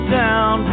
down